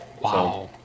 Wow